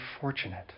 fortunate